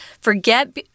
forget